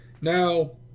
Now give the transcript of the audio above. Now